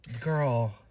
Girl